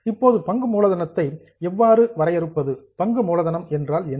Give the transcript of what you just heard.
இப்போது பங்கு மூலதனத்தை எவ்வாறு வரையறுப்பது பங்கு மூலதனம் என்றால் என்ன